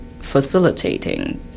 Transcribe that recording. facilitating